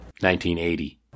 1980